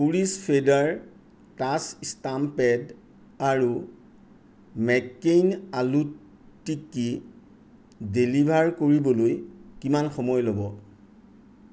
Kores feather touch stamp pad আৰু McCain aloo tikki deliver কৰিবলৈ কিমান সময় ল'ব